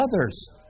others